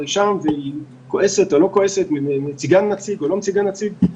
היא שם והיא מציגה נציג או לא מציגה נציג,